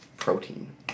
protein